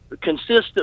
consistent